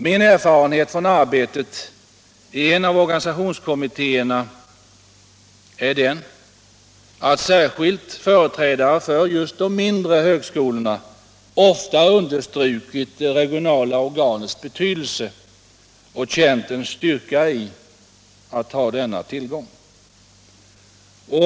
Min erfarenhet från arbetet i en av organisationskommittéerna är den, att särskilt företrädare för just de mindre högskolorna ofta understrukit det regionala organets betydelse — de har känt en styrka i att ha denna tillgång.